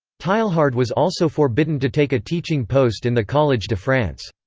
teilhard was also forbidden to take a teaching post in the college de france.